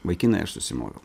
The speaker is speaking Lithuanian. vaikinai aš susimoviau